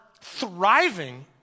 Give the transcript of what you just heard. thriving